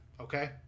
okay